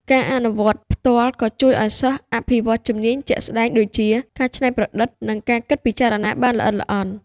ការអនុវត្តផ្ទាល់ក៏ជួយឱ្យសិស្សអភិវឌ្ឍជំនាញជាក់ស្តែងដូចជា ការច្នៃប្រឌិត និងការគិតពិចារណាបានល្អិតល្អន់។